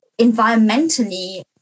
environmentally